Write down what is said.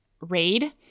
Raid